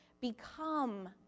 become